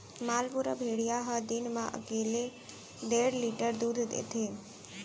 मालपुरा भेड़िया ह दिन म एकले डेढ़ लीटर दूद देथे